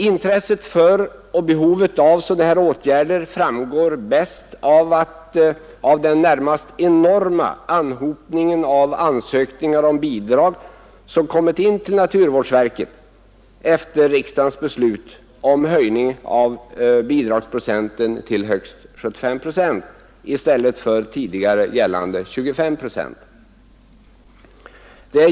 Intresset för och behovet av sådana här åtgärder framgår bäst av den närmast enorma anhopningen av ansökningar om bidrag som kommit in till naturvårdsverket efter riksdagens beslut om höjning av bidraget till högst 75 procent i stället för tidigare gällande 25 procent.